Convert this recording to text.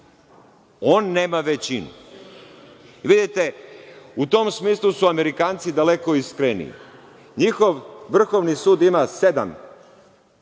on nema većinu. Vidite, u tom smislu su Amerikanci daleko iskreniji. NJihov vrhovni sud ima sedmoro